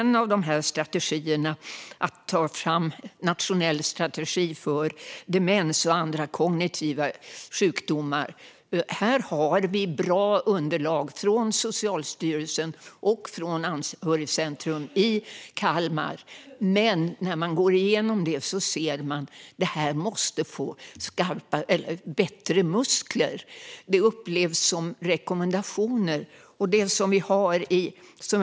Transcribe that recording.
När det gäller att ta fram en nationell strategi för demens och andra kognitiva sjukdomar har vi bra underlag från Socialstyrelsen och från Nationellt kompetenscentrum anhöriga i Kalmar, men när man går igenom det ser man att det måste få bättre muskler. Det upplevs som rekommendationer.